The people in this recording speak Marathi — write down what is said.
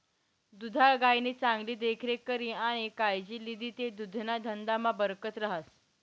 दुधाळ गायनी चांगली देखरेख करी आणि कायजी लिदी ते दुधना धंदामा बरकत रहास